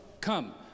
Come